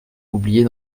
oubliée